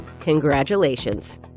congratulations